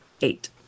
Eight